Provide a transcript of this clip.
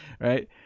right